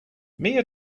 mia